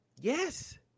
Yes